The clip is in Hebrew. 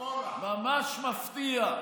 ממש מפתיע.